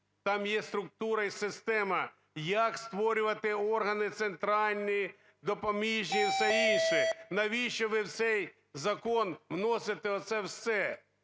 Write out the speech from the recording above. там є структура і система, як створювати органи центральні, допоміжні і все інше. Навіщо ви в цей закон вносите оце все?